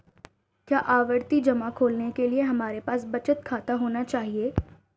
क्या आवर्ती जमा खोलने के लिए हमारे पास बचत खाता होना चाहिए?